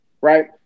right